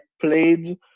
played